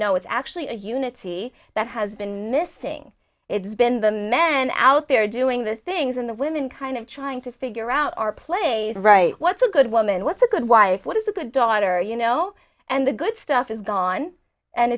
no it's actually a unity that has been missing it's been the men out there doing the things in the women kind of trying to figure out our place right what's a good woman what's a good wife what is a good daughter you know and the good stuff is gone and